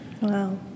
Wow